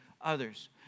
others